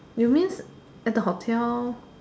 you means at the hotel